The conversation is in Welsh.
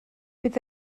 bydd